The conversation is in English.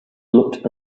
looked